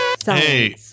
Hey